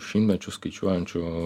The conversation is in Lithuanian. šimtmečius skaičiuojančių